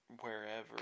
wherever